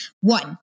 One